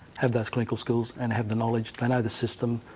have those clinical skills and have the knowledge. they know the system,